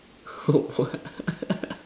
oh what